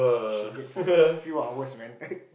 she late for few hours man